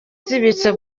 zibitse